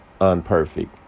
unperfect